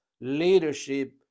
leadership